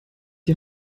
die